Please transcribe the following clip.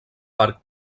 parc